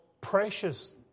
precious